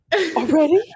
Already